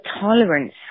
tolerance